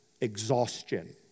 exhaustion